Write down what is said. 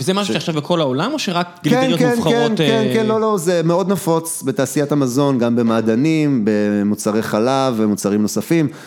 וזה משהו שיש עכשיו בכל העולם או שרק גלידריות מובחרות? כן, כן, כן, כן, לא, לא, זה מאוד נפוץ בתעשיית המזון, גם במעדנים, במוצרי חלב ומוצרים נוספים.